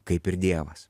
kaip ir dievas